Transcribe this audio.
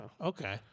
Okay